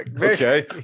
okay